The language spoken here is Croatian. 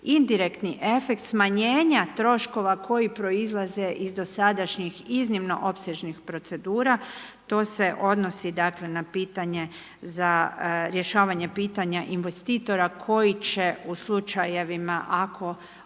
indirektni efekt smanjenja troškova koji proizlaze iz dosadašnjih iznimno opsežnih procedura. To se odnosi dakle, na pitanje za rješavanje pitanja investitora koji će u slučajevima ako